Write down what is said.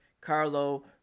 Carlo